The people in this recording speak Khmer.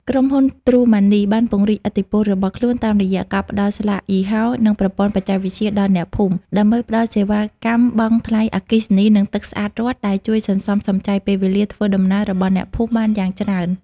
ក្រុមហ៊ុន ទ្រូម៉ាន់នី បានពង្រីកឥទ្ធិពលរបស់ខ្លួនតាមរយៈការផ្ដល់ស្លាកយីហោ និងប្រព័ន្ធបច្ចេកវិទ្យាដល់អ្នកភូមិ ដើម្បីផ្ដល់សេវាកម្មបង់ថ្លៃអគ្គិសនី និងទឹកស្អាតរដ្ឋ ដែលជួយសន្សំសំចៃពេលវេលាធ្វើដំណើររបស់អ្នកភូមិបានយ៉ាងច្រើន។